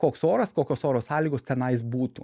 koks oras kokios oro sąlygos tenais būtų